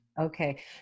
okay